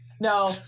No